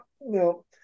no